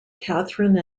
catherine